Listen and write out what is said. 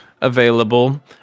available